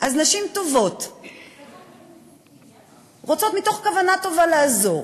אז נשים טובות רוצות, מתוך כוונה טובה, לעזור.